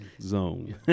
zone